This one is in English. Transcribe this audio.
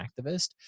activist